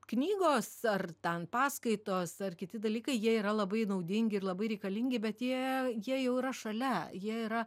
knygos ar ten paskaitos ar kiti dalykai jie yra labai naudingi ir labai reikalingi bet jie jie jau yra šalia jie yra